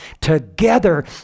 together